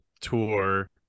tour